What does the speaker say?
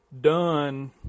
done